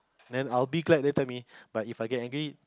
then I'll be glad they tell me but If I get angry